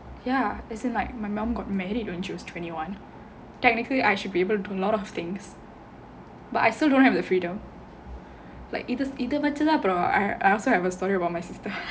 ya as in like my mum got married when she was twenty one technically I should be able to do a lot of things but I still don't have the freedom like இது இதை வச்சு தான்:idhu idhai vachu thaan I also have a story about my sister